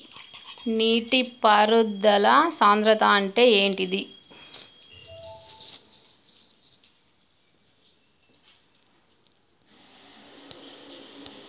నీటి పారుదల సంద్రతా అంటే ఏంటిది?